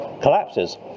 collapses